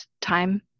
time